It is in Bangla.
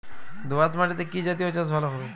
দোয়াশ মাটিতে কি জাতীয় চাষ ভালো হবে?